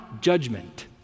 judgment